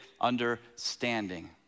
understanding